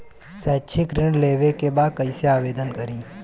शैक्षिक ऋण लेवे के बा कईसे आवेदन करी?